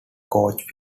coach